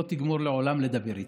לא תגמור לעולם לדבר איתה.